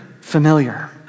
familiar